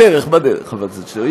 מחזיק שורה, בדרך, בדרך, חבר הכנסת שטרן.